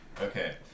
Okay